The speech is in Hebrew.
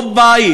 הוא לא בית,